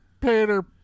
Peter